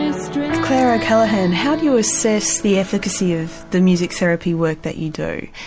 ah clare o'callaghan, how do you assess the efficacy of the music therapy work that you do?